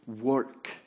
work